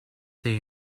they